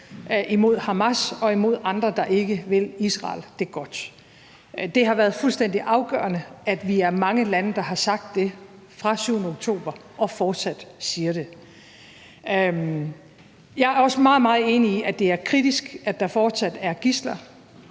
imod Hamas og imod andre, der ikke vil Israel det godt. Det har været fuldstændig afgørende, at vi er mange lande, der har sagt det fra den 7. oktober og fortsat siger det. Jeg er også meget, meget enig i, at det er kritisk, at der fortsat er gidsler.